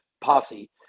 posse